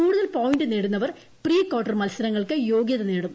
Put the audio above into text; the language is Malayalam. കൂടുതൽ പോയിന്റ് നേടുന്നവർ പ്രീ കാർട്ടർ മത്സരങ്ങൾക്ക് യോഗ്യത നേടും